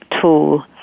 tool